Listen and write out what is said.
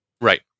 Right